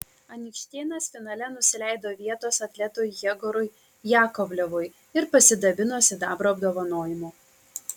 anykštėnas finale nusileido vietos atletui jegorui jakovlevui ir pasidabino sidabro apdovanojimu